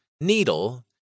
needle